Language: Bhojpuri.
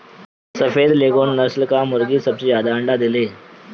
सफ़ेद लेघोर्न नस्ल कअ मुर्गी सबसे ज्यादा अंडा देले